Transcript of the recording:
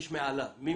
יש מעליהם מישהו.